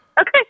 Okay